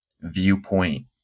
viewpoint